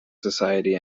society